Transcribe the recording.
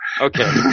Okay